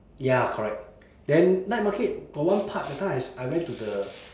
ya correct then night market got one part that time I s~ I went to the